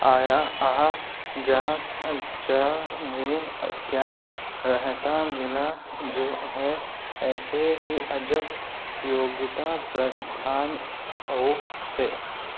आया क्या रहता मिला जो है ऐसे ही अजब योग्यता प्रधान ओ से